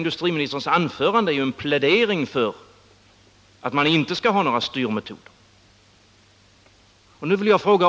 Industriministerns hela anförande är ju en plädering för att man inte skall ha några styrmetoder.